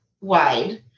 wide